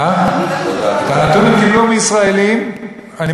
למה אתה לא שואל אותם מאיפה הם קיבלו את הנתון?